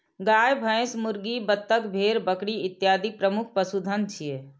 गाय, भैंस, मुर्गी, बत्तख, भेड़, बकरी इत्यादि प्रमुख पशुधन छियै